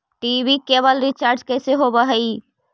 TV cable recharge कैसे होब हइ?